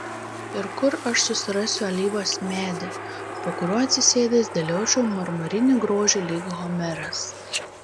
ir kur aš susirasiu alyvos medį po kuriuo atsisėdęs dėliočiau marmurinį grožį lyg homeras